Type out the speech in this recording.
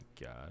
God